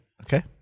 Okay